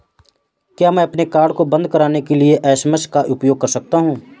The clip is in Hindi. क्या मैं अपने कार्ड को बंद कराने के लिए एस.एम.एस का उपयोग कर सकता हूँ?